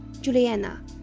Juliana